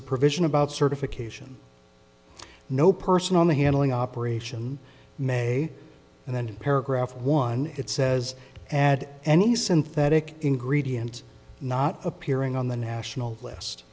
a provision about certification no person on the handling operation may and then paragraph one it says and any synthetic ingredient not appearing on the national list